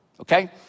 okay